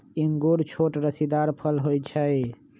इंगूर छोट रसीदार फल होइ छइ